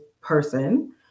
person